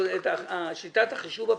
שיטת החישוב הפנימית.